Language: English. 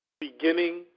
beginning